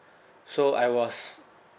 so I was